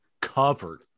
covered